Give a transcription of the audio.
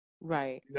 Right